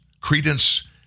credence